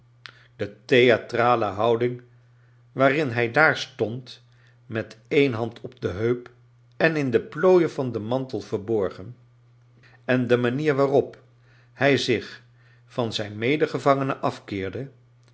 de theatrale houding waarin hij tlaar stond met een hand op de heup en in de plooien van den mantel verborgen en de manier waarop hij zich van zijn medegevangene afkeerde